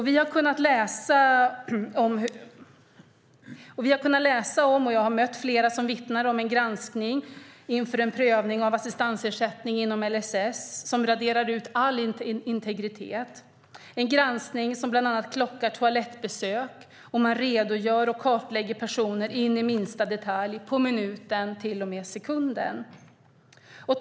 Vi har kunnat läsa om - jag har också mött flera som vittnar om detta - en granskning inför prövning av om man ska få assistansersättning inom LSS som raderar ut all integritet, en granskning som bland annat klockar toalettbesök. Man redogör och man kartlägger personer in i minsta detalj och på minuten, ja, till och med på sekunden.